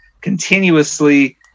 continuously